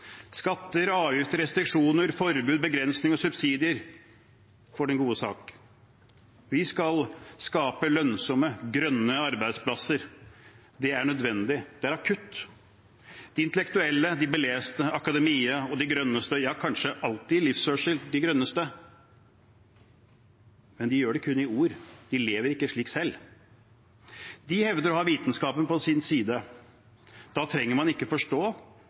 skatter og avgifter, restriksjoner, forbud, begrensninger og subsidier for den gode sak. Vi skal skape lønnsomme, grønne arbeidsplasser. Det er nødvendig. Det er akutt. De intellektuelle, de beleste, akademia og de grønneste – ja, de er kanskje alltid i livsførsel de grønneste. Men de gjør det kun i ord, de lever ikke slik selv. De hevder å ha vitenskapen på sin side. Da trenger man ikke å forstå